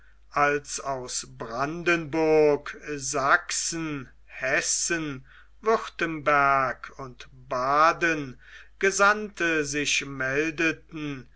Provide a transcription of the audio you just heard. als aus brandenburg sachsen hessen württemberg und baden gesandte sich meldeten